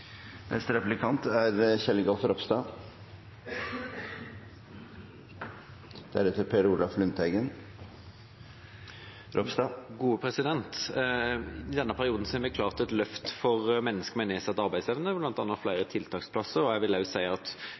I denne perioden har vi klart å gjøre et løft for mennesker med nedsatt arbeidsevne, bl.a. med flere tiltaksplasser, og jeg vil også si at